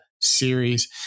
Series